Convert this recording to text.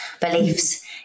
beliefs